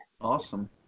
Awesome